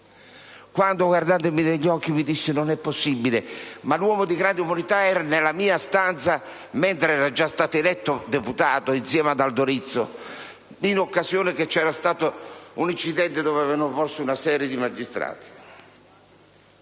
quando, guardandomi negli occhi, mi disse: «Non è possibile». Ma l'uomo di grande umanità era nella mia stanza, mentre era già stato eletto deputato insieme ad Aldo Rizzo, in occasione di un incidente che aveva coinvolto una serie di magistrati.